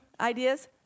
ideas